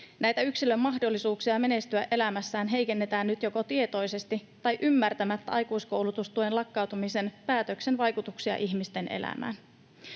Näitä yksilön mahdollisuuksia menestyä elämässään heikennetään nyt joko tietoisesti tai ymmärtämättä aikuiskoulutustuen lakkautumisen päätöksen vaikutuksia ihmisten elämään.